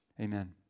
Amen